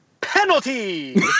penalty